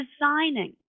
designing